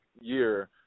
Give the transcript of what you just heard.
year